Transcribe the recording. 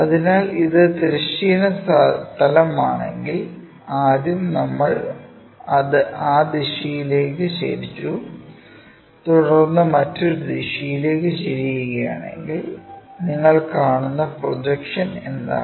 അതിനാൽ ഇത് തിരശ്ചീന തലം ആണെങ്കിൽ ആദ്യം നമ്മൾ അത് ആ ദിശയിലേക്ക് ചെരിച്ചു തുടർന്ന് മറ്റൊരു ദിശയിലേക്ക് ചെരിയുകയാണെങ്കിൽ നിങ്ങൾ കാണുന്ന പ്രൊജക്ഷൻ എന്താണ്